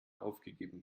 aufgegeben